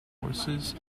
horses